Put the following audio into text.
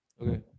Okay